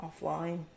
offline